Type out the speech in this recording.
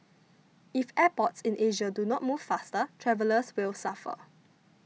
if airports in Asia do not move faster travellers will suffer